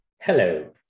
Hello